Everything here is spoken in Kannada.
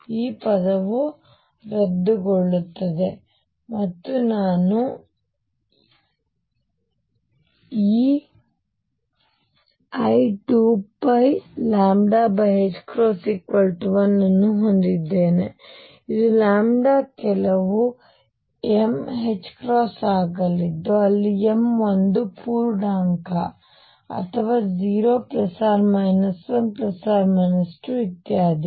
ಈ ಪದವು ರದ್ದುಗೊಳ್ಳುತ್ತದೆ ಮತ್ತು ನಾನು ei2πλ 1 ಅನ್ನು ಹೊಂದಿದ್ದೇನೆ ಮತ್ತು ಇದು λ ಕೆಲವು m ℏ ಆಗಲಿದ್ದು ಅಲ್ಲಿ m ಒಂದು ಪೂರ್ಣಾಂಕ ಅಥವಾ 0 1 2 ಇತ್ಯಾದಿ